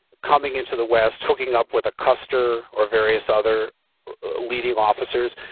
coming into the west, hooking up with a custer or various other leading officers.